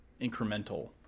incremental